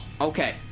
okay